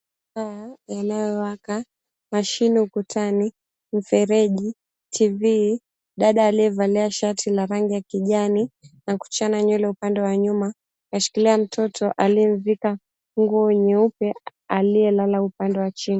Taa inayowaka, mashini ukutani, mfereji, TV, dada aliyevalia shati la rangi ya kijani na kuchana nywele upande wa nyuma, ameshikilia mtoto aliyemvika nguo nyeupe aliyelala upande wa chini.